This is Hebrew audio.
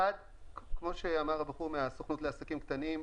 כמו שאמר החבור מהסוכנות לעסקים קטנים,